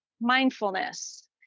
mindfulness